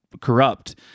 corrupt